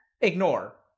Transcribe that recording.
Ignore